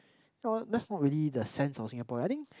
well that's not really the sense of Singapore I think